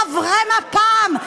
לחברי מפ"ם,